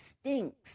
stinks